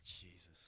Jesus